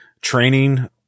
training